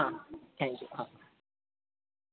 हा thank you हा